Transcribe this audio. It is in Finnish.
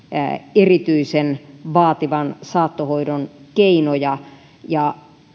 erityisen vaativan saattohoidon keinoja ja